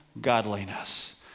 godliness